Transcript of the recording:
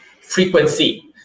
frequency